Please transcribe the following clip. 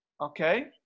Okay